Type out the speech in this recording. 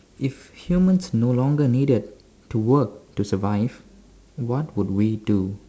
if humans no longer needed to work to survive what would we do